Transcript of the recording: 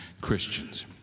Christians